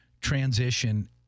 transition